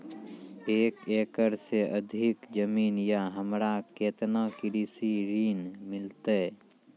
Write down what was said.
एक एकरऽ से अधिक जमीन या हमरा केतना कृषि ऋण मिलते?